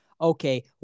okay